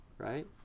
right